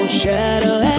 shadow